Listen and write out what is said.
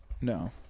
No